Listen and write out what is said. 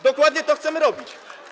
Dokładnie to chcemy robić.